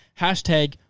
hashtag